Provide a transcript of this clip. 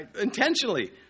intentionally